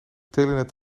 telenet